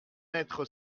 mettre